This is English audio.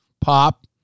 pop